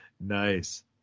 Nice